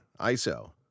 ISO